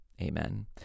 Amen